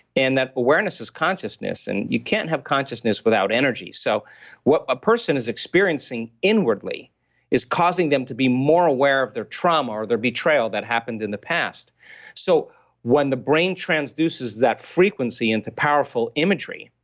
and that awareness is consciousness, and you can't have consciousness without bulletproof. so what a person is experiencing inwardly is causing them to be more aware of their trauma or their betrayal that happened in the past so when the brain transduces that frequency into powerful imagery,